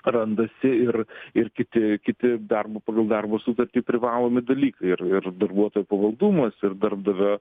randasi ir ir kiti kiti darbo pagal darbo sutartį privalomi dalykai ir ir darbuotojo pavaldumas ir darbdavio